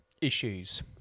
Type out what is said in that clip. issues